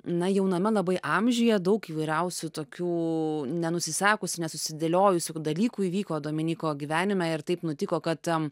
na jauname labai amžiuje daug įvairiausių tokių nenusisekusių nesusidėliojusių dalykų įvyko dominyko gyvenime ir taip nutiko kad am